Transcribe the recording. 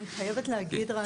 אני חייבת להגיד רק,